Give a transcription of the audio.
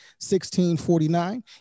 1649